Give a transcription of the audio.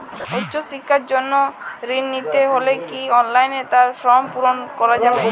উচ্চশিক্ষার জন্য ঋণ নিতে হলে কি অনলাইনে তার ফর্ম পূরণ করা যাবে?